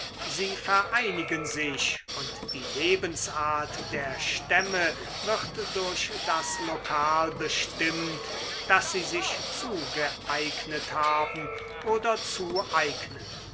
sie vereinigen sich und die lebensart der stämme wird durch das lokal bestimmt das sie sich zugeeignet haben oder zueignen